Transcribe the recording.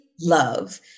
love